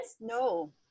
no